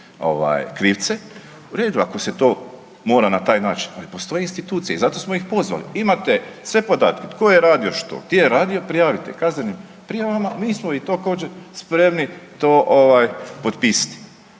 krivce, u redu, ako se mora na taj način. Ali postoje institucije i zato smo ih pozvali, imate sve podatke tko je radio što, gdje je radio, prijavite kaznenim prijavama, mi smo i to također spremni potpisati.